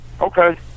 Okay